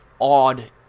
odd